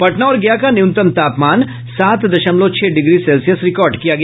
पटना और गया का न्यूनतम तापमान सात दशमलव छह डिग्री सेल्सियस रिकार्ड किया गया